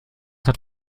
hat